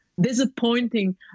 disappointing